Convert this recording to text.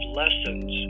lessons